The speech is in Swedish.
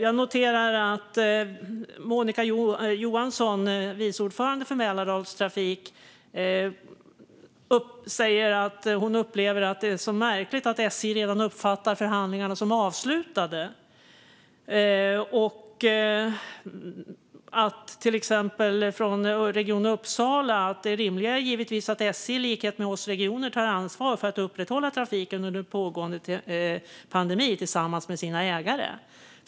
Jag noterar att Monica Johansson, vice ordförande i Mälardalstrafik, säger att hon upplever att det är så märkligt att SJ redan uppfattar förhandlingarna som avslutade. Från till exempel Region Uppsala sägs: Det rimliga är givetvis att SJ i likhet med oss regioner tar ansvar för att upprätthålla trafiken under pågående pandemi tillsammans med sina ägare.